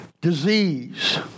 disease